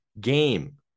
game